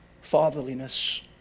fatherliness